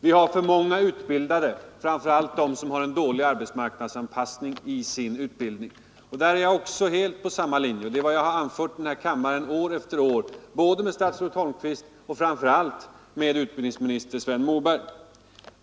Vi har för många utbildade, framför allt av sådana som har en dålig arbetsmarknadsanpassning i sin utbildning, sade statsrådet. Där är jag också helt på samma linje — det är vad jag har anfört i den här kammaren år efter år, både till statsrådet Holmqvist och framför allt till utbildningsminister Sven Moberg.